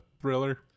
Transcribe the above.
thriller